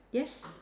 yes